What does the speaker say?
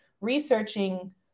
researching